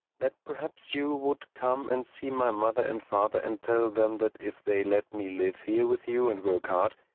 that perhaps you would come and see my mother and father and tell them that if they let me live here with you and work hard,